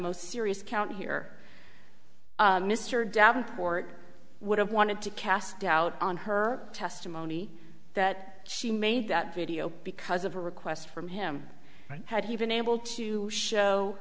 most serious count here mr davenport would have wanted to cast doubt on her testimony that she made that video because of a request from him had he been able to show